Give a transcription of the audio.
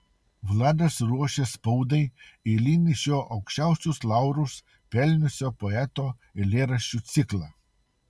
vladas ruošė spaudai eilinį šio aukščiausius laurus pelniusio poeto eilėraščių ciklą